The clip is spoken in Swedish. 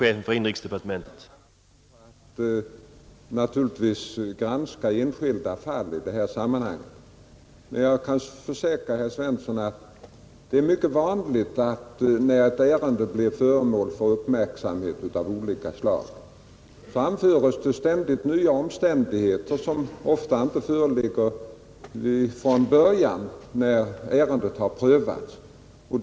Herr talman! Jag skall naturligtvis inte diskutera enskilda fall i detta sammanhang, men jag kan försäkra herr Svensson i Malmö att det är mycket vanligt att när ett ärende blir föremål för uppmärksamhet av olika slag så anförs ständigt nya omständigheter, som inte redovisats från början när ärendet prövades.